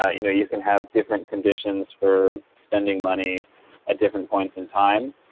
ah you know you can have different conditions for spending money at different points in time.